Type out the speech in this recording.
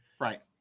Right